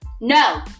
no